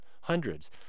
hundreds